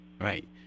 right